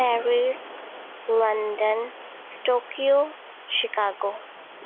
Paris London Tokyo Chicago